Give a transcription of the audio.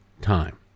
time